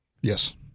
Yes